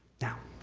now,